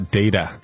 data